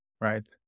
right